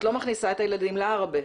את לא מכניסה את הילדים לעראבה",